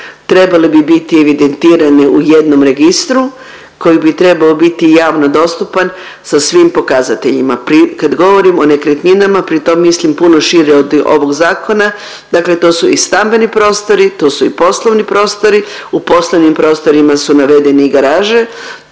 trebale bi biti evidentirane u jednom registru koji bi trebao biti javno dostupan sa svim pokazateljima. Kad govorim o nekretninama pri tom mislim puno šire od ovog zakona, dakle to su i stambeni prostori, tu su i poslovnim prostori. U poslovnim prostorima su navedeni i garaže,